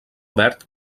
verd